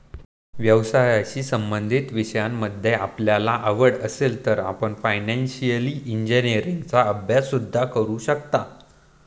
व्यवसायाशी संबंधित विषयांमध्ये आपल्याला आवड असेल तर आपण फायनान्शिअल इंजिनीअरिंगचा अभ्यास सुद्धा करू शकता